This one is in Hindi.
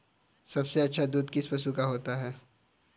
सबसे अच्छा दूध किस पशु का होता है?